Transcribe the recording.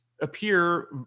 appear